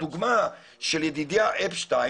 להתעמרויות ויש את הדוגמה של ידידיה אפשטיין,